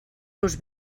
los